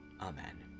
Amen